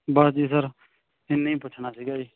ਬਸ ਜੀ ਸਰ ਇੰਨਾ ਹੀ ਪੁੱਛਣਾ ਸੀਗਾ ਜੀ